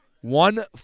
One